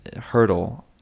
hurdle